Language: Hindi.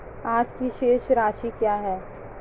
आज की शेष राशि क्या है?